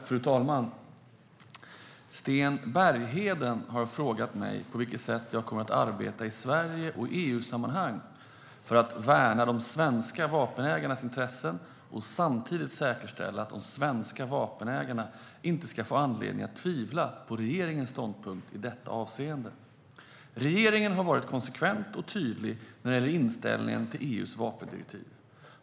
Fru talman! Sten Bergheden har frågat mig på vilket sätt jag kommer att arbeta i Sverige och i EU-sammanhang för att värna de svenska vapenägarnas intressen och samtidigt säkerställa att de svenska vapenägarna inte ska få anledning att tvivla på regeringens ståndpunkt i detta avseende. Regeringen har varit konsekvent och tydlig när det gäller inställningen till EU:s vapendirektiv.